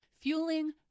Fueling